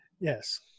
Yes